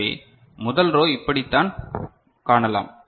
எனவே முதல் ரோ இப்படித்தான் காணலாம்